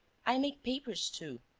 i make papers too,